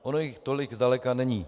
Ono jich tolik zdaleka není.